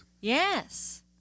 yes